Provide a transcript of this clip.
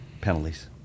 penalties